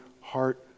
heart